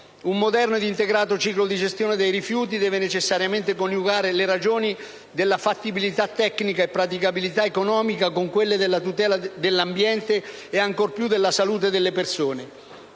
Un moderno ed integrato ciclo di gestione dei rifiuti deve necessariamente coniugare le ragioni della fattibilità tecnica e praticabilità economica con quelle della tutela dell'ambiente e ancor più della salute delle persone.